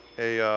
a